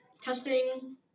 Testing